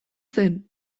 zen